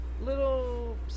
little